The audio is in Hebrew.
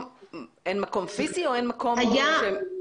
אין מקום פיזי או אין מקום שעושה את זה?